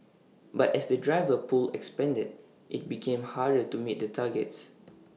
but as the driver pool expanded IT became harder to meet the targets